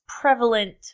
prevalent